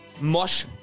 Mosh